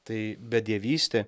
tai bedievystė